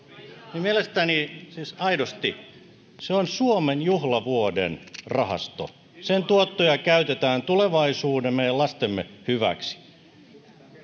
mielestäni siis aidosti se on suomen juhlavuoden rahasto sen tuottoja käytetään tulevaisuutemme ja lastemme hyväksi